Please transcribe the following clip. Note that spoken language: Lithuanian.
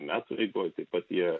metų eigoj taip pat jie